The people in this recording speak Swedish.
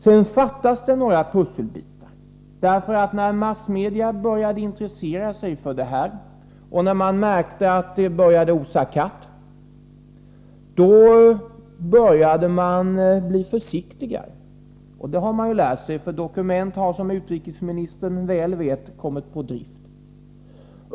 Sedan fattas det några pusselbitar. När massmedia började intressera sig för denna affär och man märkte att det började osa katt, blev man försiktigare. Dokument har, som utrikesministern väl vet, kommit på drift.